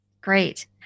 Great